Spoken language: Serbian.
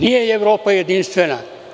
Nije Evropa jedinstvena.